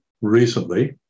recently